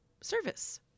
service